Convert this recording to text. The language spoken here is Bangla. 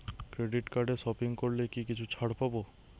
ক্রেডিট কার্ডে সপিং করলে কি কিছু ছাড় পাব?